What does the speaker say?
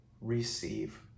receive